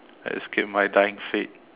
I escape my dying fate